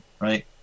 Right